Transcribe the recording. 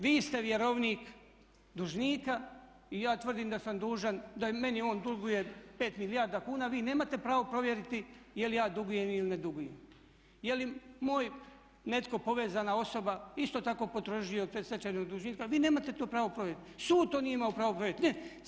Vi ste vjerovnik dužnika i ja tvrdim da sam dužan, da meni on duguje 5 milijarda kuna, vi nemate pravo provjeriti je li ja dugujem ili ne dugujem, je li moje netko povezana osoba isto tako … predstečajnog dužnika, vi nemate to pravo provjeriti, sud to nije imao pravo provjeriti.